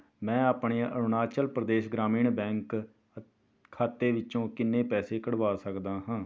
ਮੈਂ ਆਪਣੇ ਅਰੁਣਾਚਲ ਪ੍ਰਦੇਸ਼ ਗ੍ਰਾਮੀਣ ਬੈਂਕ ਹ ਖਾਤੇ ਵਿੱਚੋਂ ਕਿੰਨੇ ਪੈਸੇ ਕਢਵਾ ਸਕਦਾ ਹਾਂ